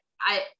I-